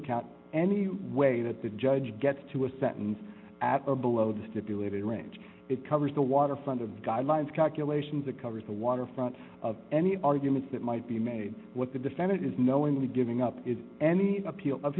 account any way that the judge gets to a sentence at or below the stipulated range it covers the waterfront of guidelines calculations that covers the waterfront of any arguments that might be made what the defendant is knowingly giving up is any appeal of